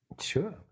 Sure